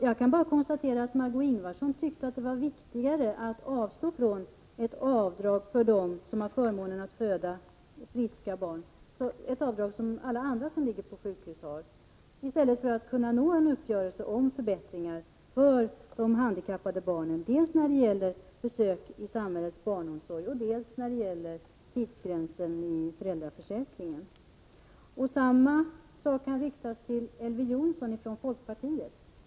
Jag kan bara konstatera att Margö Ingvardsson tyckte att det var viktigare att avstå från ett avdrag för dem som har förmånen att föda friska barn — ett avdrag som alla andra som ligger på sjukhus får vidkännas — än att nå en uppgörelse om förbättringar för de handikappade barnen dels i fråga om besök i samhällets barnomsorg, dels i fråga om tidsgränsen i föräldraförsäkringen. Samma sak kan sägas till Elver Jonsson i folkpartiet.